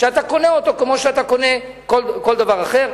שאתה קונה כמו שאתה קונה כל דבר אחר.